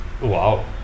Wow